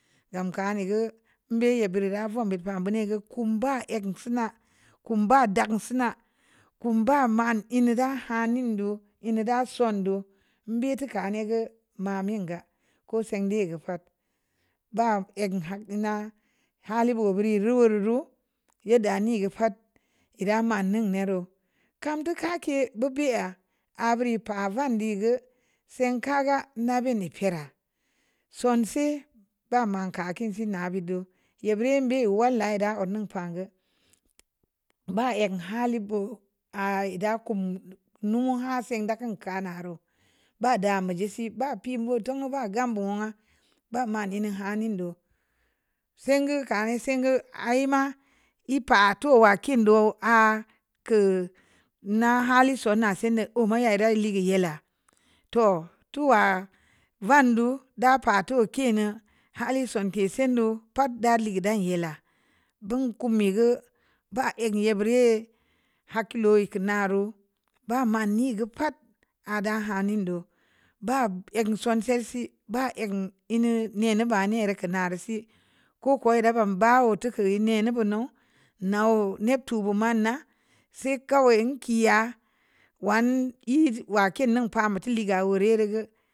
Gam ka ne’ gə mbe’ ye'p bure’ ra vom bu't ba bunu’ gə kum ba'ek sina kum ba da'ak sinna kum ba man e’ niirə hanin du’ lu ra sondo’ mbe’ tuka ne’ gə ma min ga ko'o se'nde’ gə pa'at ba'ek hanna hali bo'o’ buri reu o’ reu yedda nii gə pa'at ida man nun ne’ reu kam do’ ka ke’ babu ya aaburii pa vandii gə se'nka ga na bin pe'e’ ra sonse’ ba man ka kiinii si na bu'do ye burii be’ walla yedda anun pa gən ba ek hali bu a'a’ yedda kum numu ha sein da kan kana reu ba dam jee'a sii ba pin no tungə ba gam bo'o na ba mane'e’ nu hanu dii se'ngə ka ne se'ngə ii ma e’ pa towaa kin do aa kə na hali sonna siinŋ o’ mo'o’ yedda leigə yella toh towa van do’ də pa'at too kii nu hali sonke’ se'ndo’ pa'at da le gigə da yella dun kumi gə ba ek ne’ burii'a hakkilo na reu ba man ne’ gə pa'at ada hanin dou’ ba-ek nu sonse’ si ba ek lnu ne’ nu bane’ re’ ka'nar sii ko'o’ kuwa re’ bamba o’ tuku'e nne’ nu bun no'o’ neb tubun ma na sai kawai nkii ya wanŋ e’ de wa kin nneŋ pa mbatu le'e’ gə wao rii re'u gə.